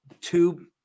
two